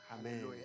Amen